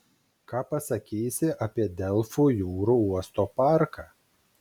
ką pasakysi apie delfų jūrų uosto parką